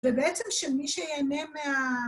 ובעצם שמי שיהנה מה...